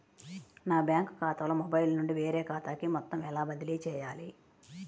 నా బ్యాంక్ ఖాతాలో మొబైల్ నుండి వేరే ఖాతాకి మొత్తం ఎలా బదిలీ చేయాలి?